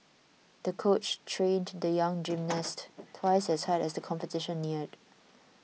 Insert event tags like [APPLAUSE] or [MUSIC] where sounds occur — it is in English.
the coach trained the young gymnast [NOISE] twice as hard as the competition neared